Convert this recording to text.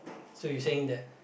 so you saying that